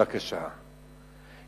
בבקשה,